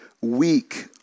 weak